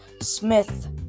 Smith